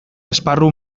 esparru